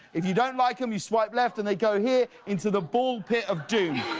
if you don't like them, you swipe left and they go here into the bull pit of doom.